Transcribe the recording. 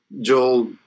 Joel